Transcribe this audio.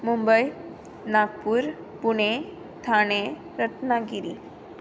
Mumbai Nagpur Pune Thane Ratnagiri